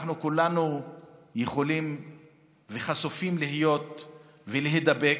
אנחנו כולנו חשופים להידבקות.